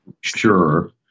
sure